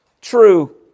true